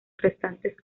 restantes